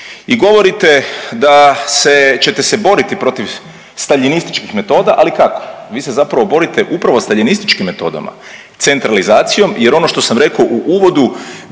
I govorite da se, čete se boriti protiv staljinističkih metoda ali kako, vi se zapravo borite upravo staljinističkim metodama. Centralizacijom jer ono što sam rekao u uvodu